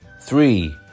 three